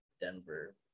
Denver